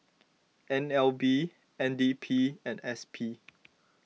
N L B N D P and S P